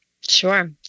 Sure